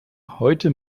heute